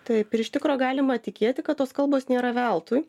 taip ir iš tikro galima tikėti kad tos kalbos nėra veltui